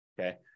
okay